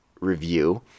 review